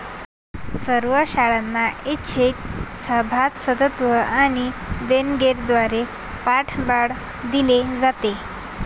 सर्व शाळांना ऐच्छिक सभासदत्व आणि देणग्यांद्वारे पाठबळ दिले जाते